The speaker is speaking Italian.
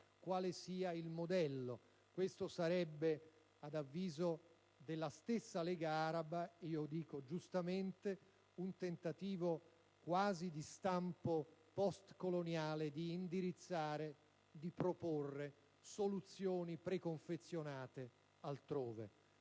ed il modello. Questo sarebbe ad avviso della stessa Lega araba - e io dico: giustamente - un tentativo di stampo quasi post-coloniale di indirizzare e di proporre soluzioni preconfezionate altrove.